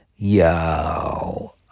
Yo